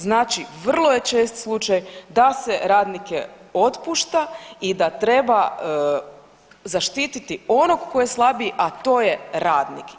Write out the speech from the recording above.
Znači vrlo je čest slučaj da se radnike otpušta i da treba zaštititi onog tko je slabiji, a to je radnik.